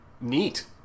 neat